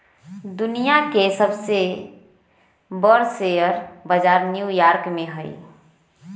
दुनिया के सबसे बर शेयर बजार न्यू यॉर्क में हई